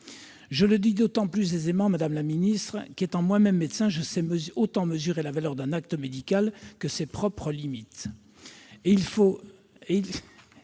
souscris d'autant plus volontiers, madame la ministre, qu'étant moi-même médecin, je sais autant mesurer la valeur d'un acte médical que ses limites. Il faut